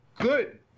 Good